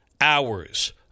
hours